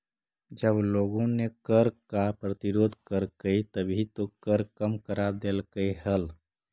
जब लोगों ने कर का प्रतिरोध करकई तभी तो कर कम करा देलकइ हल